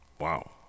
Wow